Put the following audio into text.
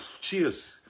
Cheers